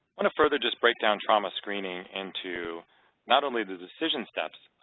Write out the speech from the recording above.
want to further just break down trauma screening into not only the decision steps,